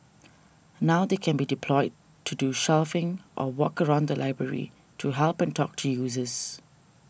now they can be deployed to do shelving or walk around the library to help and talk to users